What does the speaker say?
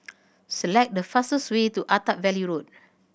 select the fastest way to Attap Valley Road